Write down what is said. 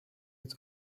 its